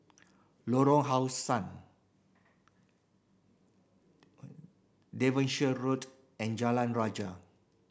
Lorong How Sun Devonshire Road and Jalan Raja